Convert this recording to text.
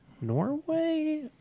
norway